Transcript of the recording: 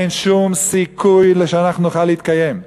אין שום סיכוי שאנחנו נוכל להתקיים.